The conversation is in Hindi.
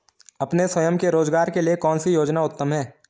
अपने स्वयं के रोज़गार के लिए कौनसी योजना उत्तम है?